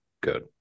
good